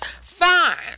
fine